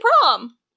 prom